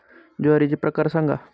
ज्वारीचे प्रकार सांगा